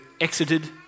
exited